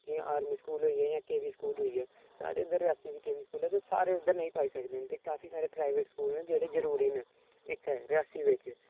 जियां army school होई गे जियां के वी स्कूल होई गेआ साढ़े इद्धर रियासी च केवी स्कूल ते सारे उद्धर नेईं पाई सकदे न ते काफी सारे प्राइवेट स्कूल न जेह्ड़े जरूरी न इत्थें रियासी बिच्च